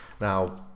Now